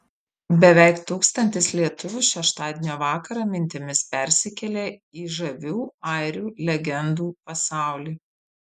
beveik tūkstantis lietuvių šeštadienio vakarą mintimis persikėlė į žavių airių legendų pasaulį